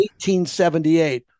1878